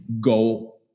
go